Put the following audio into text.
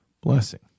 Blessing